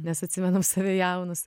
nes atsimenam save jaunus